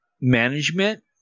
management